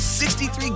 63